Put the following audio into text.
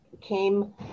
came